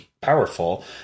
powerful